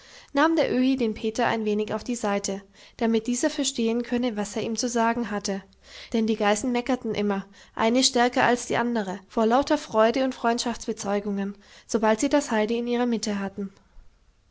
nahm der öhi den peter ein wenig auf die seite damit dieser verstehen könne was er ihm zu sagen hatte denn die geißen meckerten immer eine stärker als die andere vor lauter freude und freundschaftsbezeugungen sobald sie das heidi in ihrer mitte hatten